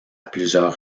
plusieurs